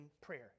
prayer